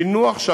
גם שינו עכשיו,